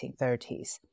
1930s